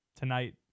tonight